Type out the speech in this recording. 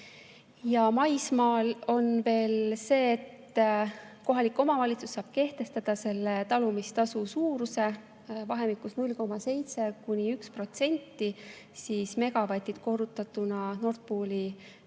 Maismaal on veel see, et kohalik omavalitsus saab kehtestada selle talumistasu suuruse vahemikus 0,7–1%, see tähendab megavatid korrutatuna Nord Pooli